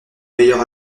meilleur